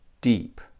deep